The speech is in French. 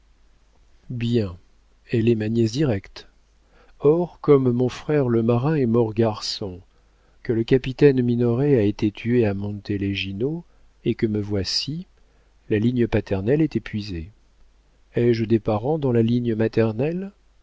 bien elle est ma nièce directe or comme mon frère le marin est mort garçon que le capitaine minoret a été tué à monte legino et que me voici la ligne paternelle est épuisée ai-je des parents dans la ligne maternelle